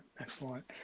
excellent